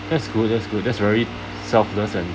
that's good that's good that's very selfless and